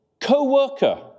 co-worker